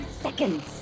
seconds